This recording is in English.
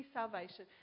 salvation